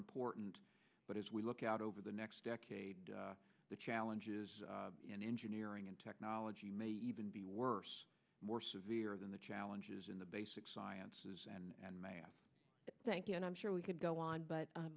important but as we look out over the next decade the challenges in engineering and technology may even be worse more severe than the challenges in the basic sciences and math thank you and i'm sure we could go on but